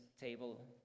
table